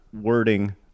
wording